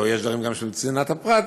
או יש דברים גם שהם צנעת הפרט,